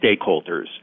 stakeholders